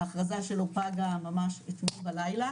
ההכרזה שלו פגה אתמול בלילה,